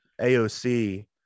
AOC